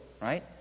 right